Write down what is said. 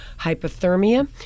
hypothermia